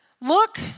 look